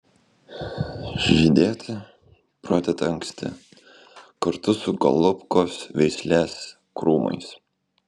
žydėti pradeda anksti kartu su golubkos veislės krūmais